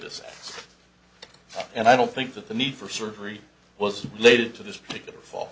this and i don't think that the need for surgery was related to this particular fall